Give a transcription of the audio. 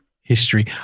history